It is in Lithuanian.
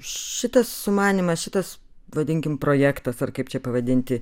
šitas sumanymas šitas vadinkim projektas ar kaip čia pavadinti